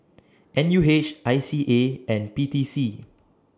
N U H I C A and P T C